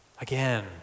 Again